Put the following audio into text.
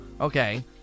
Okay